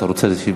אתה רוצה להשיב?